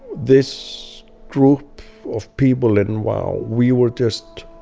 this group of people in wow we were just